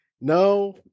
No